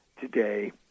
today